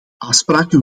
afspraken